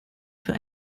für